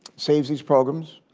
saves these programs.